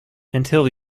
until